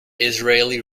israeli